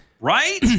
Right